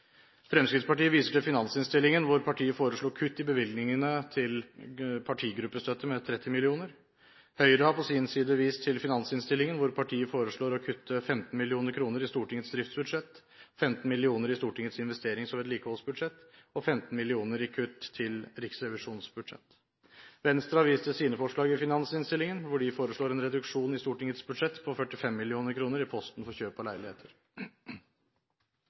Fremskrittspartiet viser til finansinnstillingen, hvor partiet foreslo kutt i bevilgningene til partigruppestøtte med 30 mill. kr. Høyre har på sin side vist til finansinnstillingen, hvor partiet foreslår å kutte 15 mill. kr i Stortingets driftsbudsjett, 15 mill. kr i Stortingets investerings- og vedlikeholdsbudsjett og 15 mill. kr i Riksrevisjonens budsjett. Venstre har vist til sine forslag i finansinnstillingen, hvor de foreslår en reduksjon i Stortingets budsjett på 45 mill. kr i posten for kjøp av leiligheter.